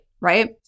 right